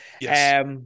Yes